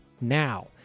now